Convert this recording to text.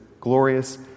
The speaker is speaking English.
glorious